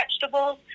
vegetables